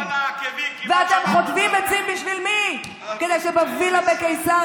איך הקפיץ אותך, רצת,